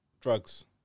drugs